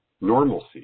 normalcy